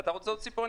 אתה רוצה עוד סיפור?